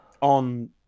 on